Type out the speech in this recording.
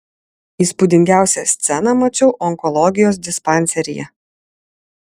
įspūdingiausią sceną mačiau onkologijos dispanseryje